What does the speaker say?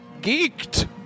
geeked